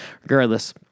regardless